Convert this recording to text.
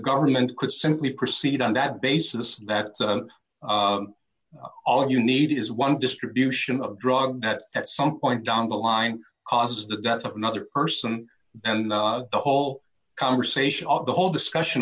government could simply proceed on that basis that's all you need is one distribution of drugs that at some point down the line causes the death of another person and the whole conversation on the whole discussion